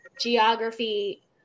geography